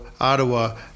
Ottawa